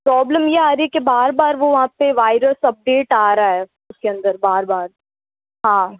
problem ये आ रही है कि बार बार वो वहाँ पे वाइरस अपडेट आ रहा है उसके अंदर बार बार हाँ